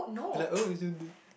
you're like oh